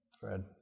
Fred